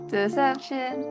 Deception